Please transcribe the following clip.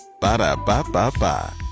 Ba-da-ba-ba-ba